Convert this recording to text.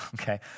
okay